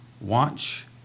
watch